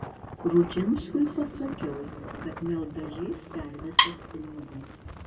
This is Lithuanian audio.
rudžinskui pasakiau kad mieldažys pervesiąs pinigų